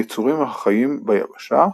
היצורים החיים ביבשה.